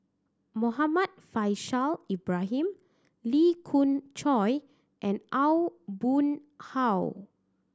Muhammad Faishal Ibrahim Lee Khoon Choy and Aw Boon Haw